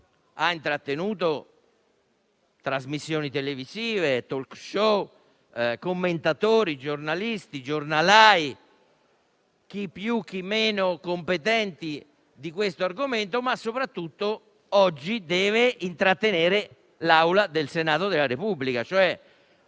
ha intrattenuto trasmissioni televisive, *talk show,* commentatori, giornalisti, giornalai (chi più chi meno competente su questo argomento), ma che soprattutto oggi deve intrattenere l'Assemblea del Senato della Repubblica,